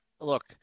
look